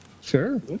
Sure